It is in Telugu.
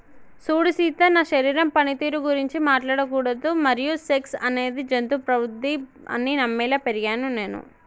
సూడు సీత నా శరీరం పనితీరు గురించి మాట్లాడకూడదు మరియు సెక్స్ అనేది జంతు ప్రవుద్ది అని నమ్మేలా పెరిగినాను నేను